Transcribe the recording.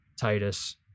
titus